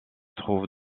trouve